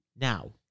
Now